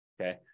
okay